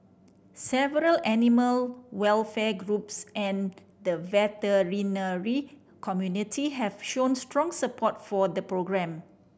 several animal welfare groups and the veterinary community have shown strong support for the programme